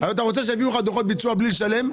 אתה רוצה שהם יעבירו לך דוחות ביצוע בלי לשלם,